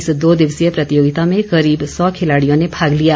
इस दो दिवसीय प्रतियोगिता में करीब सौ खिलाड़ियों ने भाग लिया